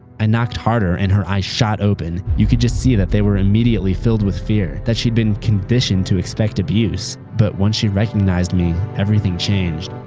i knocked harder and her eyes shot open you could just see that they were immediately filled with fear that she'd been conditioned to expect abuse. but once she recognized me, everything changed.